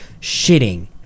shitting